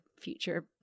future